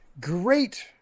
great